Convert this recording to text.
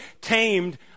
tamed